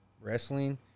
wrestling